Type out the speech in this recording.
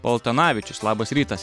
paltanavičius labas rytas